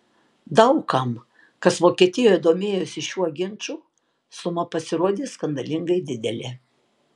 daug kam kas vokietijoje domėjosi šiuo ginču suma pasirodė skandalingai didelė